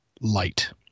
light